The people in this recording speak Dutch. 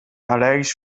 allergisch